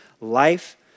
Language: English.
life